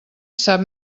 sap